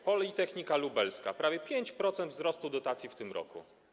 Politechnika Lubelska - prawie 5% wzrostu dotacji w tym roku.